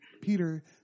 Peter